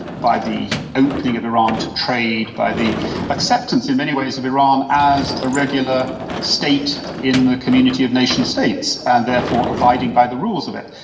by the opening of iran to trade, by the acceptance in many ways of iran as a regular state in the community of nation states, and therefore abiding by the rules of it.